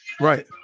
Right